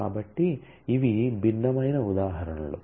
కాబట్టి ఇవి భిన్నమైన ఉదాహరణలు